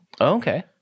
Okay